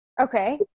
Okay